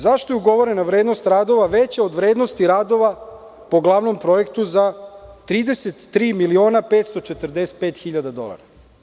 Zašto je ugovorena vrednost radova veća od vrednosti radova po glavnom projektu za 33.545.000 dolara?